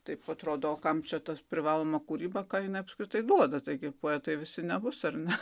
taip atrodo o kam čia ta privaloma kūryba ką jinai apskritai duoda taigi poetai visi nebus ar ne